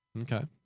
Okay